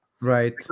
Right